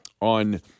on